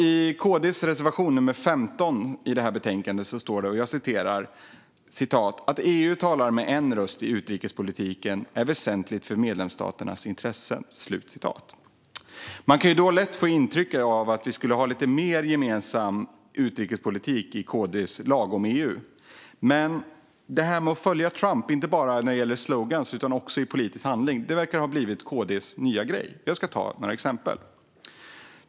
I KD:s reservation nr 15 står det: "Att EU talar med en röst i utrikespolitiken är väsentligt för medlemsländernas intressen." Man kan då lätt få intrycket att vi skulle ha lite mer gemensam utrikespolitik i KD:s lagom-EU. Men detta att följa Trump, inte bara när det gäller sloganer utan också i politisk handling, verkar ha blivit KD:s nya grej. Jag ska ta några exempel.